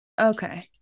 okay